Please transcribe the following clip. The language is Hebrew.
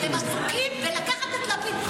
הם עסוקים בלקחת את לפיד.